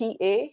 PA